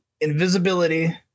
invisibility